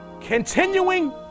Continuing